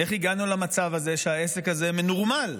איך הגענו למצב הזה שהעסק הזה מנורמל?